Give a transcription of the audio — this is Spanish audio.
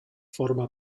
forma